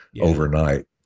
overnight